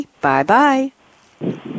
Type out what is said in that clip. Bye-bye